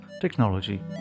technology